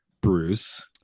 Bruce